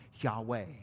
Yahweh